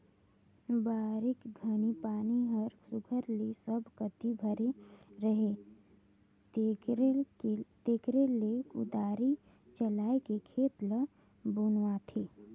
बरिखा घनी पानी हर सुग्घर ले सब कती भरे रहें तेकरे ले कुदारी चलाएके खेत ल बनुवाथे